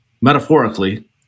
metaphorically